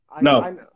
no